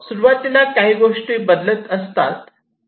सुरुवातीला काही गोष्टी बदलत असतात